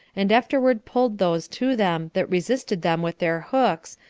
and afterwards pulled those to them that resisted them with their hooks,